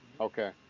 Okay